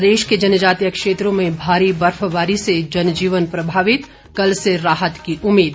प्रदेश के जनजातीय क्षेत्रों में भारी बर्फबारी से जनजीवन प्रभावित कल से राहत की उम्मीद